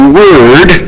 word